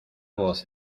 voz